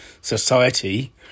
society